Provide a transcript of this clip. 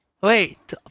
Wait